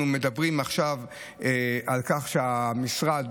אנחנו מדברים על כך שהמשרד